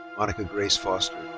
monica grace foster.